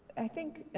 i think,